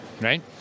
Right